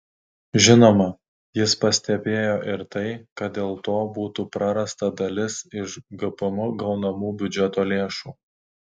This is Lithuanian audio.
žinoma jis pastebėjo ir tai kad dėl to būtų prarasta dalis iš gpm gaunamų biudžeto lėšų